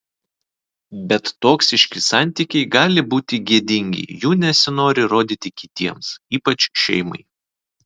bet toksiški santykiai gali būti gėdingi jų nesinori rodyti kitiems ypač šeimai